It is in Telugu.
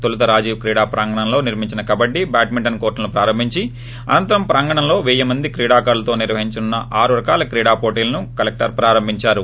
తొలుత రాజీవ్ క్రీడా ప్రాంగణంలో నిర్మించిన కబడ్డీ బ్యాట్మింటన్ కోర్టులను ప్రారంభించిన అనంతరం ప్రాంగణంలో పేయి మంది క్రీడాకారులతో నిర్వహించనున్న ఆరు రకాల క్రీడా పోటీలను కలెక్టర్ ప్రారంభించారు